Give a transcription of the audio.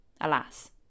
Alas